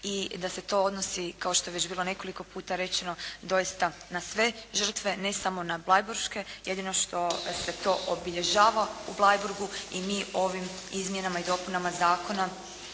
i da se to odnosi kao što je već bilo nekoliko puta rečeno doista na sve žrtve ne samo na bleiburške jedino što se to obilježava u Bleiburgu i mi ovim Izmjenama i dopunama zakona